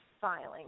filing